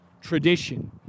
tradition